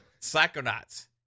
psychonauts